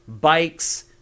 bikes